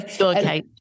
Okay